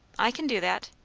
i can do that.